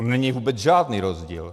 On není vůbec žádný rozdíl.